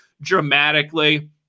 dramatically